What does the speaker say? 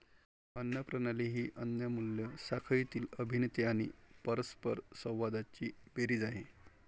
अन्न प्रणाली ही अन्न मूल्य साखळीतील अभिनेते आणि परस्परसंवादांची बेरीज आहे